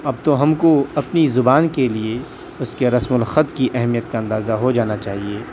اب تو ہم کو اپنی زبان کے لیے اس کے رسم الخط کی اہمیت کا اندازہ ہو جانا چاہیے